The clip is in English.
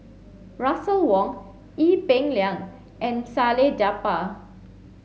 Russel Wong Ee Peng Liang and Salleh Japar